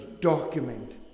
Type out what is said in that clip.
document